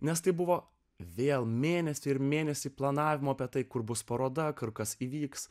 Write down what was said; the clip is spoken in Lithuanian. nes tai buvo vėl mėnesį ir mėnesį planavimo apie tai kur bus paroda kur kas įvyks